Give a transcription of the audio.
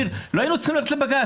לא היינו צריכים ללכת לבג"ץ.